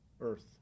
earth